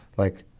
like,